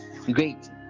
Great